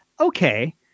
okay